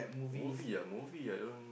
movie ah movie I don't